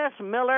Miller